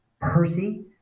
Percy